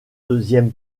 deuxième